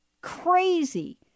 Crazy